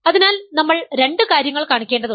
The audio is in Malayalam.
അതിനാൽ നമ്മൾ രണ്ട് കാര്യങ്ങൾ കാണിക്കേണ്ടതുണ്ട്